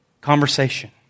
conversation